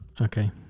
Okay